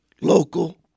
local